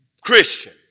Christian